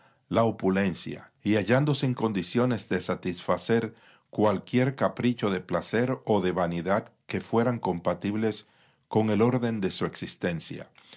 la opulencia y hallándose en condiciones de satisfacer cualquier capricho de placer o de vanidad que fueran compatibles con el orden de su existenciaporque